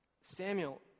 Samuel